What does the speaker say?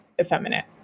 effeminate